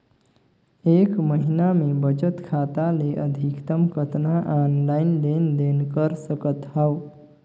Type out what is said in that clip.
एक महीना मे बचत खाता ले अधिकतम कतना ऑनलाइन लेन देन कर सकत हव?